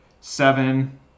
seven